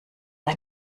ein